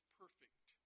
perfect